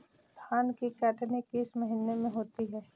धान की कटनी किस महीने में होती है?